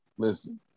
Listen